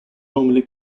normally